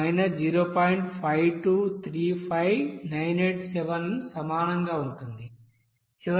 5235987 సమానంగా ఉంటుంది